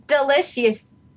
Delicious